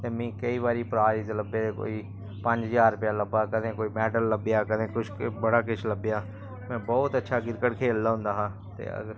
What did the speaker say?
ते मीं केईं बारी प्राईज लब्भे कोई पंज ज्हार रपेआ लब्भा कदें कोई मैडल लब्भेआ कदें बड़ा किश लब्भेआ बहुत अच्छा क्रिकेट खेलना होंदा हा ते अगर